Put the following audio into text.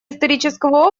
исторического